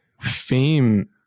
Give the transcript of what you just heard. fame –